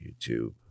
YouTube